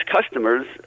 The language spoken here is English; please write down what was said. customers